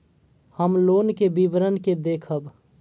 हम लोन के विवरण के देखब?